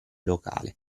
locale